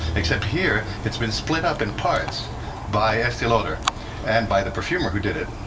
except here it's been split up in parts by estee lauder and by the perfumer who did it,